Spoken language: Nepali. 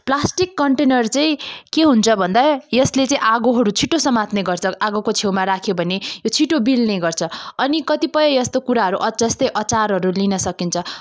प्लास्टिक कन्टेनर चाहिँ के हुन्छ भन्दा यसले चाहिँ आगोहरू छिटो समात्ने गर्छ आगोको छेउमा राख्यो भने यो छिटो बिलिने गर्छ अनि कतिपय यस्तो कुराहरू जस्तै अचारहरू लिन सकिन्छ